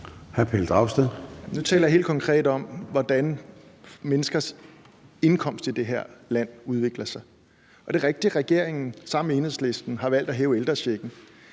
Nu taler jeg helt konkret om, hvordan menneskers indkomst i det her land udvikler sig, og det er rigtigt, at regeringen sammen med Enhedslisten har valgt at hæve ældrechecken.